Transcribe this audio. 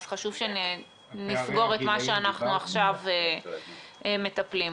אז חשוב שנסגור את מה שאנחנו עכשיו מטפלים בו.